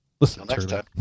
Listen